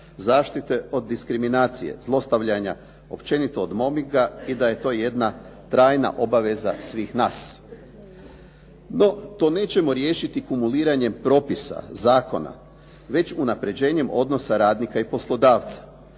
zaštite od diskriminacije, zlostavljanja općenito od mobbinga i da je to jedna trajna obaveza svih nas. No, to nećemo riješiti kumuliranjem propisa, zakona, već unapređenjem odnosa radnika i poslodavca,